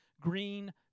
green